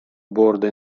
bordo